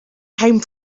came